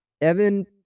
Evan